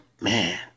man